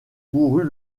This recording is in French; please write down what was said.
mourut